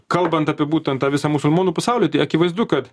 kalbant apie būtent tą visą musulmonų pasaulį tai akivaizdu kad